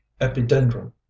epidendrum